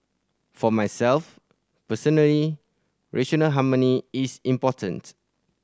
for myself personally racial harmony is important